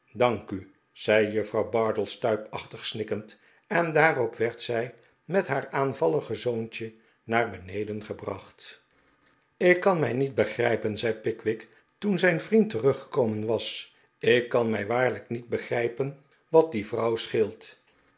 dank u zei juffrouw bardell stuipachtig snikkend en daarop werd zij met haar aanvallig zoontje naar beneden gebracht ik kan mij niet begrijpen zei pickwick toen zijn vriend teruggekomen was ik kan mij waarlijk niet begrijpen wat die vrouw scheelt